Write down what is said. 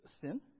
sin